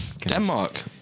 Denmark